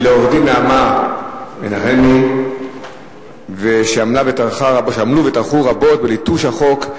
ולעו"ד נעמה מנחמי שעמלו וטרחו רבות בליטוש החוק,